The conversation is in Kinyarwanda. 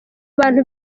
bantu